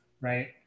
right